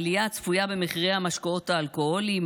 העלייה הצפויה במחירי המשקאות האלכוהוליים